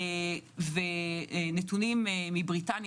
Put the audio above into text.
ונתונים מבריטניה,